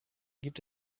gibt